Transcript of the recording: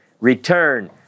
return